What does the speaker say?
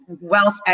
wealth